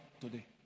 today